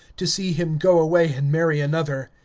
to see him go away and marry another.